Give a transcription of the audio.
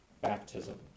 baptism